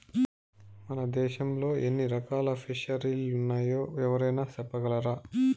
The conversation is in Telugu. మన దేశంలో ఎన్ని రకాల ఫిసరీలున్నాయో ఎవరైనా చెప్పగలరా